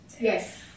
Yes